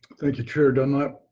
thank you, chair dunlap.